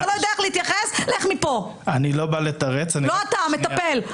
אתה לא יודע איך להתייחס, לך מפה! לא אתה, המטפל.